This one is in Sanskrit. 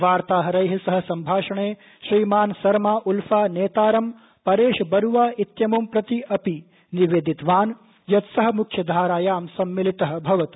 वार्ताहरैः सह संभाषणे श्रीमान ा सरमा उल्फा नेतारं परेश बरुआ इत्यम्मं प्रति अपि निवेदितवान यत सः म्ख्यधारायां सम्मिलितः भवत्